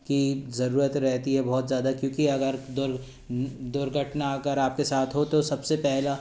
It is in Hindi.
की ज़रूरत रहती है बहुत ज़्यादा क्योंकि अगर दुर्घटना अगर आपके साथ हो तो सबसे पहला